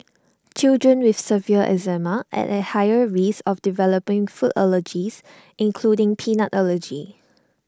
children with severe eczema are at higher risk of developing food allergies including peanut allergy